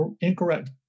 incorrect